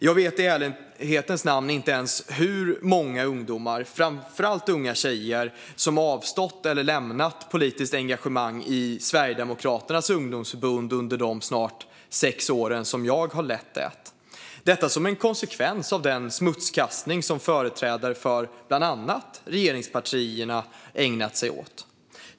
Jag vet i ärlighetens namn inte hur många ungdomar, framför allt unga tjejer, som avstått från eller lämnat politiskt engagemang i Sverigedemokraternas ungdomsförbund under de snart sex år som jag har lett det, detta som en konsekvens av den smutskastning som företrädare för bland annat regeringspartierna har ägnat sig åt.